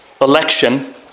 election